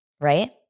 right